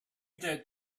that